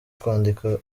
kwandika